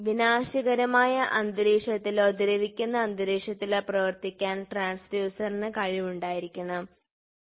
വിനാശകരമായ അന്തരീക്ഷത്തിലോ ദ്രവിക്കുന്ന അന്തരീക്ഷത്തിലോ പ്രവർത്തിക്കാൻ ട്രാൻസ്ഡ്യൂസറിന് കഴിവുണ്ടായിരിക്കണം ശരി